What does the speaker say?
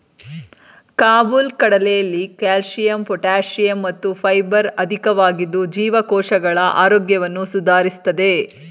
ಕಾಬುಲ್ ಕಡಲೆಲಿ calcium potassium ಮತ್ತು fibre ಅಧಿಕವಾಗಿದ್ದು ಜೀವಕೋಶಗಳ ಆರೋಗ್ಯವನ್ನು ಸುಧಾರಿಸ್ತದೆ